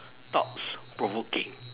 thoughts provoking